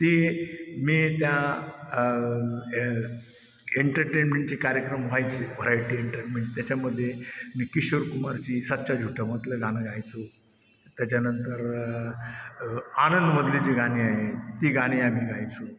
ती मी त्या ए एन्टरटेनमेंटचे कार्यक्रम व्हायचे व्हरायटी एंटरटेनमेंट त्याच्यामध्ये मी किशोर कुमारची सच्चा झुटामधलं गाणं गायचो त्याच्यानंतर आनंदमधली जी गाणी आहे ती गाणी आम्ही गायचो